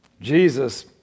Jesus